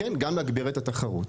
כן גם להגביר התחרות,